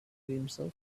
himself